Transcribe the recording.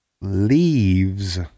leaves